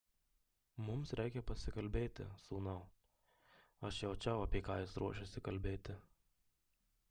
mums reikia pasikalbėti sūnau aš jaučiau apie ką jis ruošiasi kalbėti